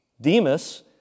Demas